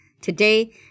today